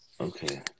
Okay